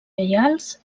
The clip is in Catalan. lleials